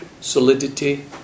solidity